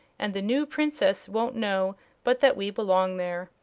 and the new princess won't know but that we belong there.